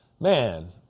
Man